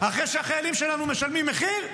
אחרי שהחיילים שלנו משלמים מחיר?